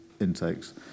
intakes